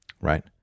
Right